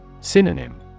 Synonym